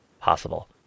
possible